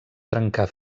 trencar